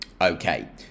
Okay